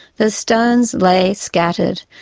the stones lay scattered,